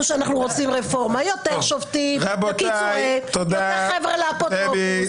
לעשות רפורמה לא הפיכה.